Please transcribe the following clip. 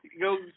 go